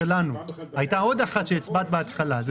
הייתה עוד אחת שהצבעת בהתחלה.